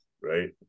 right